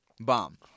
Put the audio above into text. bomb